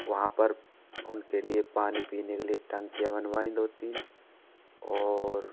वहाँ पर उनके लिए पानी पीने के लिए टंकियाँ बनवाईं दो तीन और